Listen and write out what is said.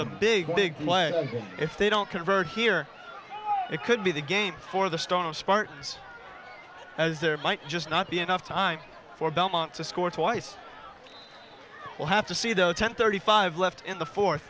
a big big way if they don't convert here it could be the game for the start of spartans as there might just not be enough time for belmont to score twice we'll have to see though ten thirty five left in the fourth